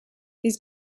these